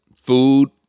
food